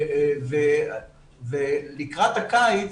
ולקראת הקיץ,